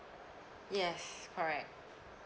yes correct